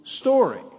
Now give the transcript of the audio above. story